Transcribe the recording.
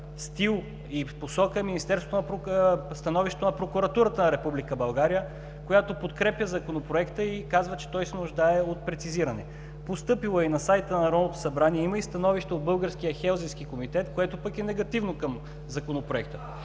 стил и посока е становището на Прокуратурата на Република България, която подкрепя Законопроекта и казва, че той се нуждае от прецизиране – постъпило е и на сайта на Народното събрание. Има и становище от Българския хелзинкски комитет, което пък е негативно към Законопроекта.